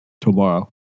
tomorrow